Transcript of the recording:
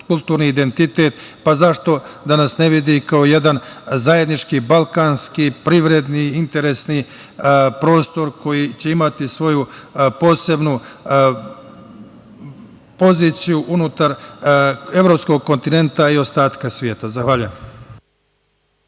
kulturni identitet, pa zašto da nas ne vidi kao jedan zajednički balkanski privredni interesni prostor koji će imati svoju posebnu poziciju unutar evropskog kontinenta i ostatka sveta. Zahvaljujem.